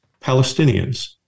Palestinians